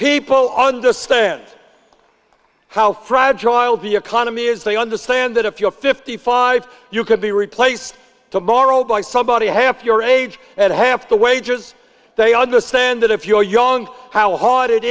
people understand how fragile the economy is they understand that if you're fifty five you could be replaced tomorrow by somebody half your age and half the wages they understand that if you're young how hard it